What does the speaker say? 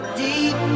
deep